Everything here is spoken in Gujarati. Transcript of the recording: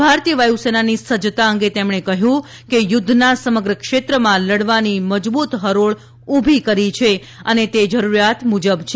ભારતીય વાયુસેનાની સજ્જતા અંગે તેમણે કહ્યું કે યુદ્ધના સમગ્ર ક્ષેત્રમાં લડવાની મજબૂત હરોળ ઊભી કરી છે અને તે જરૂરિયાત મુજબ છે